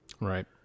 Right